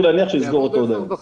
להניח שאנחנו "נסגור" אותו עוד היום.